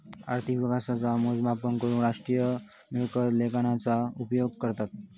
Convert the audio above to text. अर्थिक विकासाचा मोजमाप करूक राष्ट्रीय मिळकत लेखांकनाचा उपयोग करतत